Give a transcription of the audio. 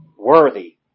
Worthy